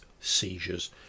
seizures